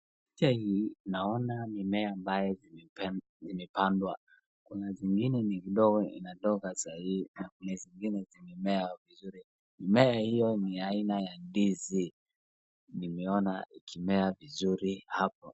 Picha hii naona mimea ambayo imepandwa. Kuna zingine ni kidogo inatoka saa hii na kuna zingine zimemea vizuri. Mimea hio ni ya aina ya ndizi. Nmeona ikimea vizuri hapo.